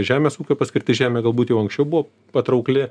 žemės ūkio paskirties žemė galbūt jau anksčiau buvo patraukli